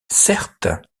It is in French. certes